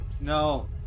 no